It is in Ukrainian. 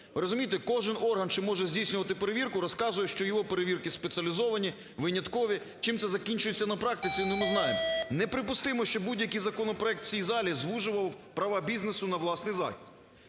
розумієте, кожен орган, що може здійснювати перевірку розказує, що його перевірки спеціалізовані, виняткові, чим це закінчується на практиці, ми знаємо. Неприпустимо, що будь-який законопроект в цій залі звужував права бізнесу на власний захист.